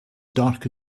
dark